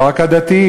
לא רק הדתיים,